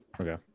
Okay